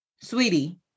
Sweetie